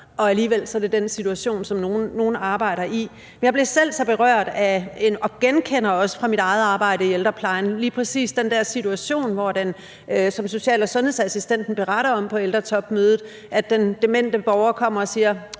og alligevel er det den situation, som nogle arbejder i. Men jeg blev selv så berørt af – og genkender det også fra min eget arbejde i ældreplejen – lige præcis den der situation, som social- og sundhedsassistenten beretter om på ældretopmødet, hvor den demente borger kommer og siger: